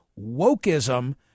wokeism